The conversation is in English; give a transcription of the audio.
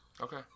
okay